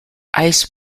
ice